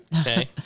Okay